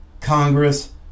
congress